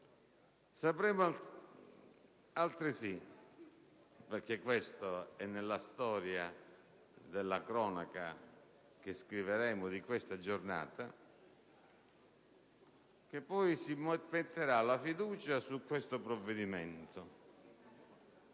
Sappiamo altresì, perché questo è nella cronaca che scriveremo di questa giornata, che poi si metterà la fiducia su questo disegno